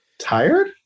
Tired